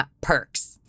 perks